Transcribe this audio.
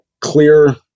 clear